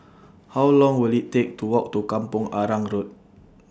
How Long Will IT Take to Walk to Kampong Arang Road